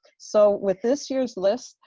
so with this year's list,